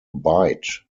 bite